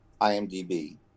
IMDB